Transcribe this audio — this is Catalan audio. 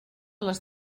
les